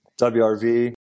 WRV